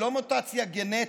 היא לא מוטציה גנטית,